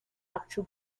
actual